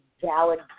valid